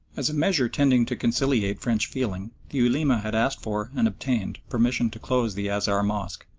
as a measure tending to conciliate french feeling, the ulema had asked for and obtained permission to close the azhar mosque,